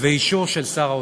ואישור של שר האוצר.